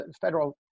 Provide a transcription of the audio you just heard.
federal